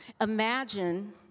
Imagine